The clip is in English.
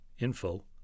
info